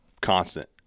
constant